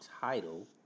title